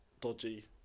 dodgy